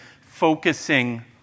focusing